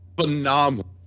phenomenal